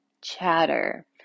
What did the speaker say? chatter